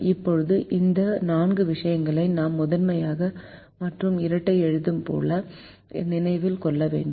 இப்போது இந்த 4 விஷயங்களை நாம் முதன்மையான மற்றும் இரட்டை எழுதும்போது நினைவில் கொள்ள வேண்டும்